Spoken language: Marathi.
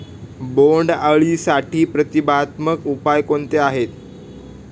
बोंडअळीसाठी प्रतिबंधात्मक उपाय कोणते आहेत?